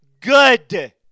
good